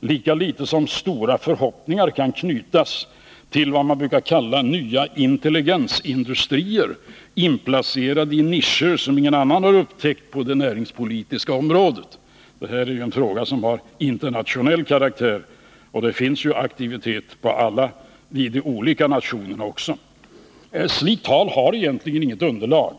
lika litet som stora förhoppningar kan knytas till vad man brukar kalla nya ”intelligensindustrier”, inplacerade i nischer som ingen annan har upptäckt på det näringspolitiska området — det här är en fråga som har internationell karaktär, för det finns ju aktivitet också i de övriga nationerna. Slikt tal har egentligen inget underlag.